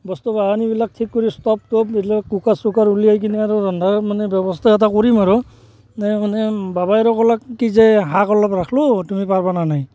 বস্তু বাহানিবিলাক ঠিক কৰিছোঁ তাত ষ্টভবিলাক কুকাৰ চুকাৰ উলিয়াই কিনে আৰু ৰন্ধাৰ মানে ব্যৱস্থা এটা কৰিম আৰু মানে মানে বাবাই আৰু ক'লে কি যে শাক অলপ ৰাখিলোঁ তুমি পাৰিবা নে নাই